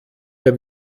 der